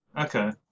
Okay